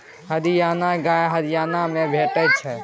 हरियाणा गाय हरियाणा मे भेटै छै